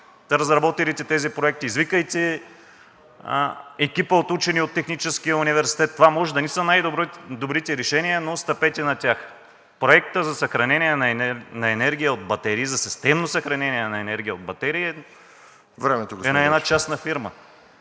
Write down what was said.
разработилите тези проекти, извикайте екипа от учени от Техническия университет. Това може да не са най-добрите решения, но стъпете на тях. Проектът за съхранение на енергия от батерии, за системно съхранение на енергия от батерии е на една частна фирма.